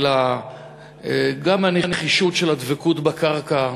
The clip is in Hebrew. גם על הנחישות של הדבקות בקרקע,